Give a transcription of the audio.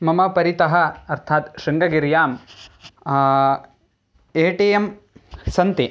मां परितः अर्थात् शृङ्गगिरौ ए टि एम् सन्ति